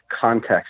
context